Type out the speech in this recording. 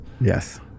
Yes